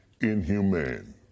inhumane